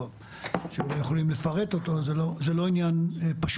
או אם הם לא יכולים לפרט אותו אז זה לא עניין פשוט.